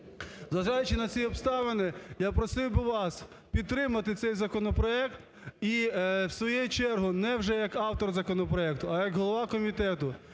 Зважаючи на ці обставини, я просив би вас підтримати цей законопроект. І, в свою чергу, не вже як автор законопроекту, а як голова комітету,